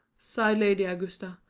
sighed lady augusta.